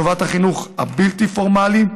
בחינוך הבלתי-פורמלי,